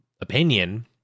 opinion